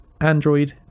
Android